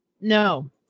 No